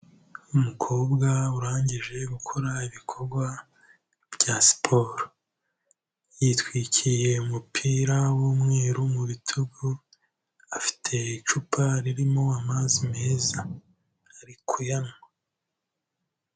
Umukobwa urangije gukora ibikorwa bya siporo, yitwikiriye umupira w'umweru mu bitugu, afite icupa ririmo amazi meza ari kuyanywa.